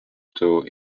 through